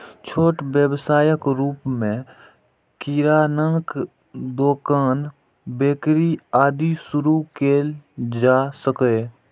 छोट व्यवसायक रूप मे किरानाक दोकान, बेकरी, आदि शुरू कैल जा सकैए